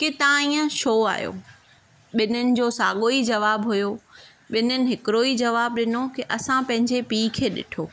की तव्हां ईअं छो आहियो ॿिन्हिनि जो साॻियो ई जवाबु हुयो ॿिन्हिनि हिकिड़ो ई जवाबु ॾिनो की असां पंहिंजे पीउ के ॾिठो